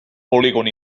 polígon